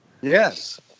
Yes